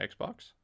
Xbox